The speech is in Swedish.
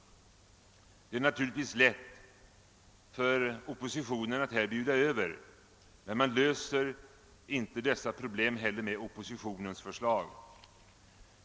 Det är naturligtvis lätt för oppositionen att här bjuda över. Men man löser inte dessa problem heller med oppositionens förslag.